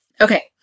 Okay